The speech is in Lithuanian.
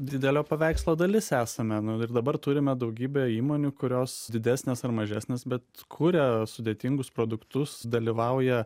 didelio paveikslo dalis esame nu ir dabar turime daugybę įmonių kurios didesnės ar mažesnės bet kuria sudėtingus produktus dalyvauja